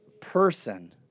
person